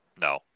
no